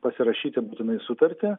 pasirašyti būtinai sutartį